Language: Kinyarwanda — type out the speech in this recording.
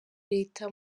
leta